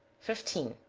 fifteen.